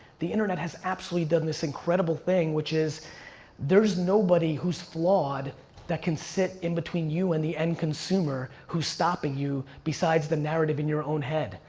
the internet has absolutely done this incredible thing, which is there's nobody who's flawed that can sit in between you and the end consumer who's stopping you besides the narrative in your own head.